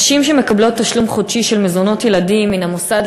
נשים שמקבלות תשלום חודשי של מזונות ילדים מן המוסד